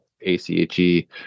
ACHE